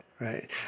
right